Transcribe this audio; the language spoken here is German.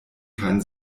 keinen